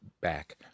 back